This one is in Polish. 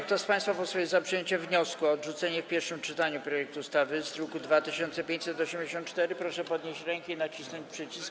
Kto z państwa posłów jest za przyjęciem wniosku o odrzucenie w pierwszym czytaniu projektu ustawy z druku nr 2584, proszę podnieść rękę i nacisnąć przycisk.